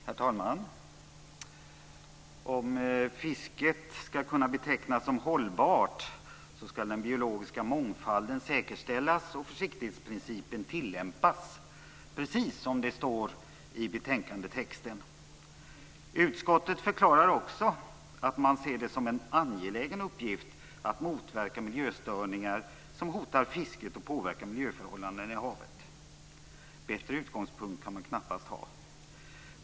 Herr talman! Om fisket skall kunna betecknas som hållbart skall den biologiska mångfalden säkerställas och försiktighetsprincipen tillämpas - precis som det står i betänkandetexten. Utskottet förklarar också att man ser det som en angelägen uppgift att motverka miljöstörningar som hotar fisket och påverkar miljöförhållandena i havet. Bättre utgångspunkt kan man knappast ha.